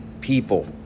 people